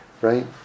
right